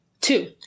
two